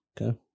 okay